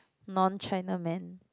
non China man